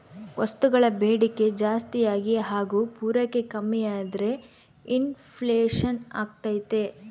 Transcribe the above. ವಸ್ತುಗಳ ಬೇಡಿಕೆ ಜಾಸ್ತಿಯಾಗಿ ಹಾಗು ಪೂರೈಕೆ ಕಮ್ಮಿಯಾದ್ರೆ ಇನ್ ಫ್ಲೇಷನ್ ಅಗ್ತೈತೆ